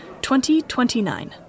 2029